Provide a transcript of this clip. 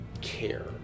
care